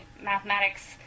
mathematics